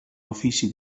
ofici